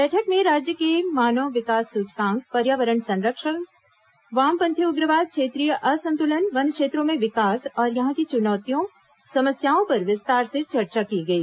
बैठक में राज्य के मानव विकास सूचकांक पर्यावरण सरंक्षण वामपंथी उग्रवाद क्षेत्रीय असंतुलन वन क्षेत्रों में विकास और यहां की चुनौतियों समस्याओं पर विस्तार से चर्चा की गई